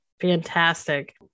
Fantastic